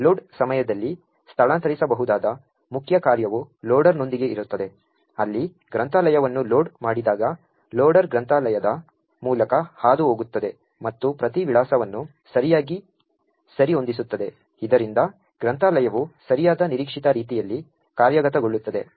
load ಸಮಯದಲ್ಲಿ ಸ್ಥಳಾಂತರಿಸಬಹುದಾದ ಮುಖ್ಯ ಕಾರ್ಯವು ಲೋಡರ್ನೊಂದಿಗೆ ಇರುತ್ತದೆ ಅಲ್ಲಿ ಗ್ರಂಥಾಲಯವನ್ನು ಲೋಡ್ ಮಾಡಿದಾಗ ಲೋಡರ್ ಗ್ರಂಥಾಲಯದ ಮೂಲಕ ಹಾದುಹೋಗುತ್ತದೆ ಮತ್ತು ಪ್ರತಿ ವಿಳಾಸವನ್ನು ಸರಿಯಾಗಿ ಸರಿಹೊಂದಿಸುತ್ತದೆ ಇದರಿಂದ ಗ್ರಂಥಾಲಯವು ಸರಿಯಾದ ನಿರೀಕ್ಷಿತ ರೀತಿಯಲ್ಲಿ ಕಾರ್ಯಗತಗೊಳ್ಳುತ್ತದೆ